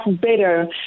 better